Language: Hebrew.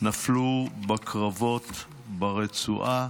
נפלו בקרבות ברצועה.